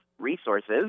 resources